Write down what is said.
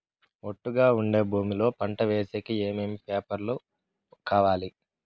ఒట్టుగా ఉండే భూమి లో పంట వేసేకి ఏమేమి పేపర్లు కావాలి?